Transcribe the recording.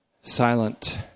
Silent